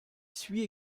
suit